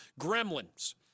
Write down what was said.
Gremlins